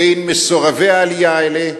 בין מסורבי העלייה האלה